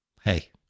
hey